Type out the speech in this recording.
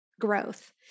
growth